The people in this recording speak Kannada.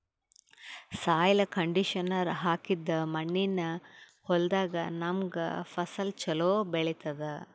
ಸಾಯ್ಲ್ ಕಂಡಿಷನರ್ ಹಾಕಿದ್ದ್ ಮಣ್ಣಿನ್ ಹೊಲದಾಗ್ ನಮ್ಗ್ ಫಸಲ್ ಛಲೋ ಬೆಳಿತದ್